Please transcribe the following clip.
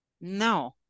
No